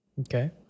Okay